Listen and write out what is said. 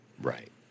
Right